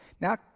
Now